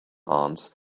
ants